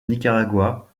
nicaragua